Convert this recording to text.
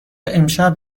امشب